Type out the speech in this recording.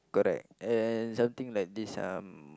correct and something like this um